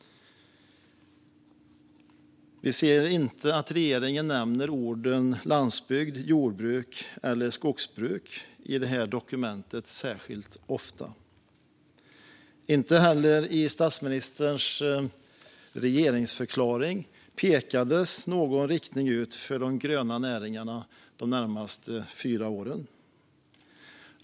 Vi ser inte att regeringen nämner orden landsbygd, jordbruk och skogsbruk särskilt ofta i detta dokument. Inte heller i statsministerns regeringsförklaring pekades någon riktning ut för de gröna näringarna de närmaste fyra åren.